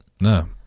No